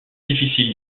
difficile